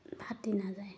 ফাটি নাযায়